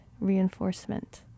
reinforcement